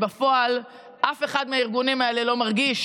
בפועל אף אחד מהארגונים האלה לא מרגיש